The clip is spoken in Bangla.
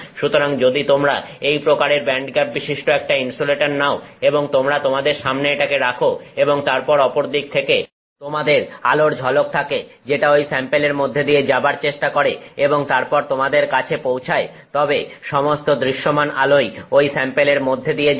সুতরাং যদি তোমরা এই প্রকারের ব্যান্ডগ্যাপবিশিষ্ট একটা ইনসুলেটর নাও এবং তোমরা তোমাদের সামনে এটাকে রাখো এবং তারপর অপরদিক থেকে তোমাদের আলোর ঝলক থাকে যেটা ঐ স্যাম্পেলের মধ্যে দিয়ে যাবার চেষ্টা করে এবং তারপর তোমাদের কাছে পৌঁছায় তবে সমস্ত দৃশ্যমান আলোই ঐ স্যাম্পেলের মধ্যে দিয়ে যাবে